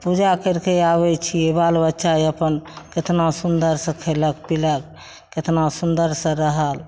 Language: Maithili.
तऽ पूजा करिकऽ आबय छियै बाल बच्चा अपन केतना सुन्दरसँ खयलक पीलक केतना सुन्दरसँ रहल